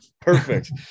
Perfect